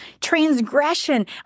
Transgression